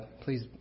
please